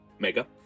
Mega